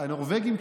אז הנורבגים,